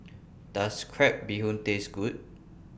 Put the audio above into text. Does Crab Bee Hoon Taste Good